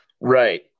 Right